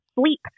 sleep